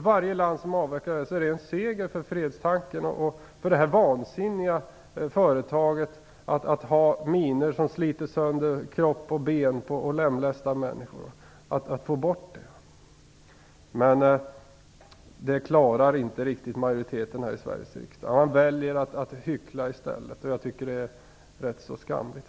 Varje land som avvecklar är det en seger för fredstanken. Det är vansinnigt att ha minor som sliter sönder kropp och ben och lemlästar människor. Det måste man få bort. Men det klarar inte riktigt majoriteten här i Sveriges riksdag av. Man väljer att hyckla i stället. Jag tycker faktiskt att det är ganska skamligt.